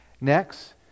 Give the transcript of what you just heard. Next